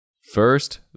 First